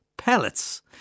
Pellets